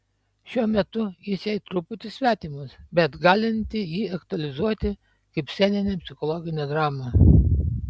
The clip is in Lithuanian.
šiuo metu jis jai truputį svetimas bet galinti jį aktualizuoti kaip sceninę psichologinę dramą